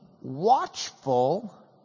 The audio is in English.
watchful